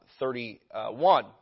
31